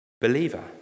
believer